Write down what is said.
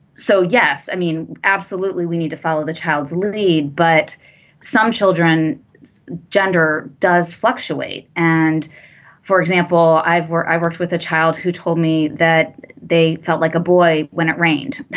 so yes i mean absolutely we need to follow the child's lead but some children gender does fluctuate. and for example i've where i worked with a child who told me that they felt like a boy when it rained.